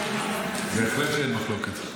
בהחלט שאין מחלוקת.